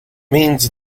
means